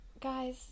Guys